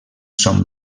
són